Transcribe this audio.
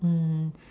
mm